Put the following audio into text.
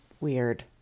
weird